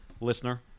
listener